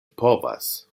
povas